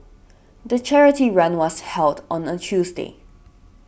the charity run was held on a Tuesday